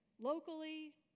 locally